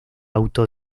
auto